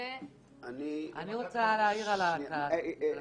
דרור, אני רוצה להגיד לך משהו.